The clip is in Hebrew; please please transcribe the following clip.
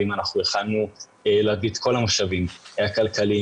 אם הצלחנו להביא את כל המשאבים הכלכליים